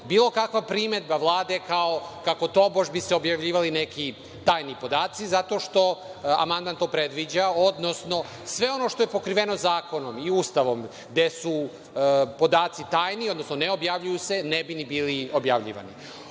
bilo kakva primedba Vlade kako tobož bi se objavljivali neki tajni podaci, zato što amandman to predviđa, odnosno sve ono što je pokriveno zakonom i Ustavom, gde su podaci tajni, odnosno ne objavljuju se, ne bi ni bili objavljivani. Ovo